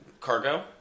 Cargo